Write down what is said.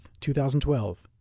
2012